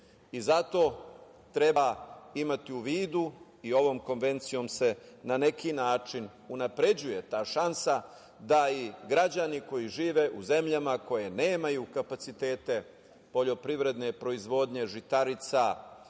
treba imati u vidu i ovom Konvencijom se na neki način unapređuje ta šansa da i građani koji žive u zemljama koje nemaju kapacitete poljoprivredne proizvodnje žitarica